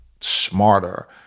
smarter